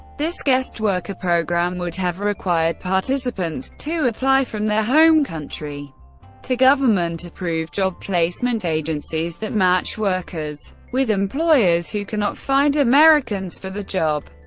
this guest worker program would have required participants to apply from their home country to government-approved job placement agencies that match workers with employers who cannot find americans for the job.